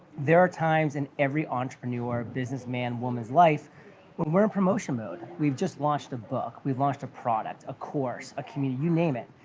there are times in every entrepreneur, businessman-woman's life when we're in promotion-mode, we've just launched a book, we've launched a product, a course, a committee, you name it.